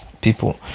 people